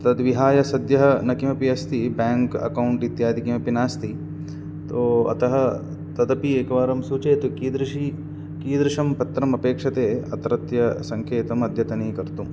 तद्विहाय सद्यः न किमपि अस्ति बेङ्क् अकौण्ट् इत्यादि किमपि नास्ति तु अतः तदपि एकवारं सूचयतु कीदृशी कीदृशं पत्रमपेक्षते अत्रत्य सङ्केतम् अद्यतनीकर्तुम्